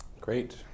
Great